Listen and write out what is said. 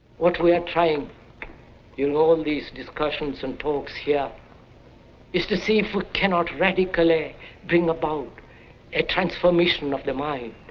what we are trying in all these discussions and talks here is to see if we cannot radically bring about a transformism of the mind.